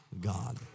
God